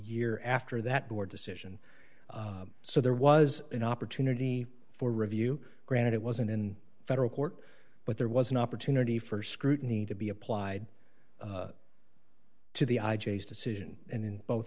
year after that board decision so there was an opportunity for review granted it wasn't in federal court but there was an opportunity for scrutiny to be applied to the i j s decision and in both